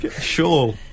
sure